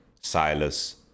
Silas